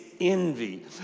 envy